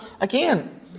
again